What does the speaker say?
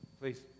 Please